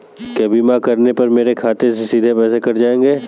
क्या बीमा करने पर मेरे खाते से सीधे पैसे कट जाएंगे?